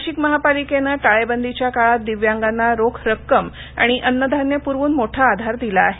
नाशिक महापालिकेनं टाळेबंदीच्या काळात दिव्यांगांना रोख रक्कम आणि अन्न धान्य पुरवून मोठा आधार दिला आहे